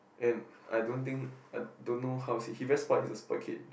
and I don't think I don't know how's he he very spoilt he's a spoilt kid